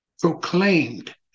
proclaimed